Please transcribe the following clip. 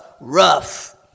rough